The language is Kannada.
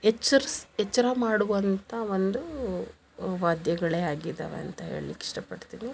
ಎಚ್ಚರ್ಸ್ ಎಚ್ಚರ ಮಾಡುವಂಥಾ ಒಂದು ವಾದ್ಯಗಳೇ ಆಗಿದ್ದಾವೆ ಅಂತ ಹೇಳ್ಲಿಕ್ಕೆ ಇಷ್ಟಪಡ್ತೀನಿ